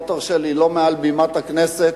תרשה לי לא מעל במת הכנסת,